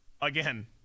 again